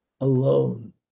alone